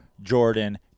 Jordan